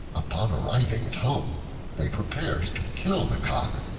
upon arriving at home they prepared to kill the cock,